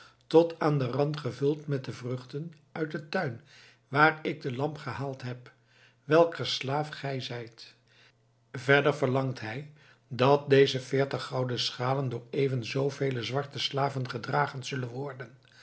tot aan den rand gevuld met de vruchten uit den tuin waar ik de lamp gehaald heb welker slaaf gij zijt verder verlangt hij dat deze veertig gouden schalen door even zooveel zwarte slaven gedragen zullen worden